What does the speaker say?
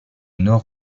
nord